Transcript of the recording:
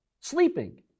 Sleeping